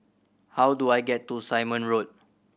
how do I get to Simon Road